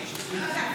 הסיפור הזה?